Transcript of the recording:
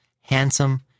handsome